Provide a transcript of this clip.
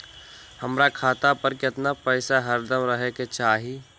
हमरा खाता पर केतना पैसा हरदम रहे के चाहि?